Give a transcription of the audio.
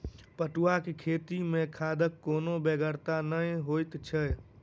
पटुआक खेती मे खादक कोनो बेगरता नहि जोइत छै